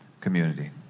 community